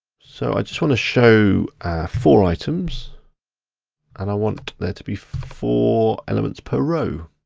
so i just wanna show four items and i want there to be four elements per row.